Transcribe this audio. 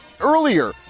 earlier